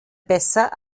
besser